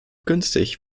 günstig